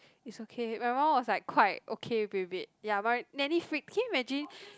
it's okay my mum was like quite okay with it ya but nanny freaked can you imagine